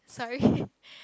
sorry